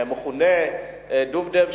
שמכונה דובדב,